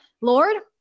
Lord